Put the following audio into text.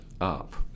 up